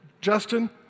Justin